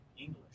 English